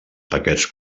paquets